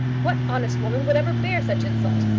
what honest woman would ever bear such insult?